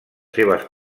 seves